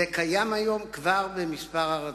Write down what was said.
זה כבר קיים היום בכמה ארצות.